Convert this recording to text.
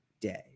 day